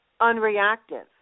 unreactive